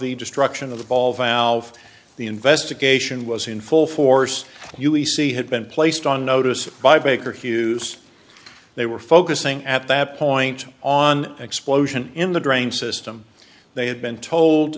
the destruction of the ball valve the investigation was in full force u e c had been placed on notice by baker hughes they were focusing at that point on explosion in the drain system they had been told